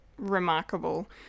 remarkable